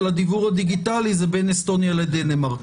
הדיוור הדיגיטלי זה בין אסטוניה לדנמרק,